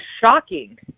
shocking